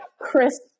Chris